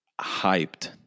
hyped